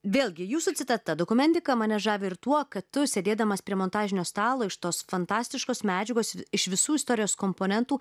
vėlgi jūsų citata dokumentika mane žavi ir tuo kad tu sėdėdamas prie montažinio stalo iš tos fantastiškos medžiagos iš visų istorijos komponentų